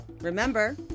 Remember